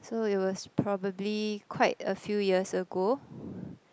so it was probably quite a few years ago